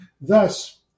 Thus